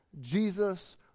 Jesus